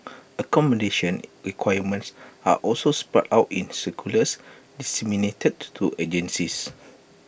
accommodation requirements are also spelt out in circulars disseminated to agencies